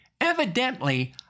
evidently